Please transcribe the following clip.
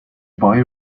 boy